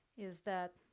is that